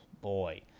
Boy